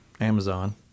Amazon